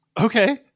Okay